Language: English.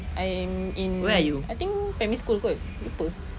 I'm in I think primary school kot lupa